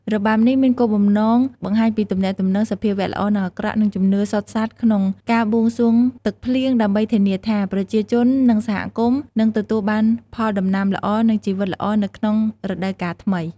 របាំនេះមានគោលបំណងបង្ហាញពីទំនាស់រវាងសភាវៈល្អនិងអាក្រក់ និងជំនឿសុទ្ធសាធក្នុងការបួងសួងទឹកភ្លៀង ដើម្បីធានាថា ប្រជាជននិងសហគមន៍នឹងទទួលបានផលដំណាំល្អ និងជីវិតល្អនៅក្នុងរដូវកាលថ្មី។